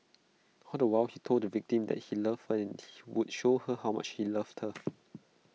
all the while he told the victim that he loved her and would show her how much he loved her